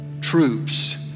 troops